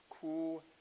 cool